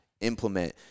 implement